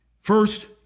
First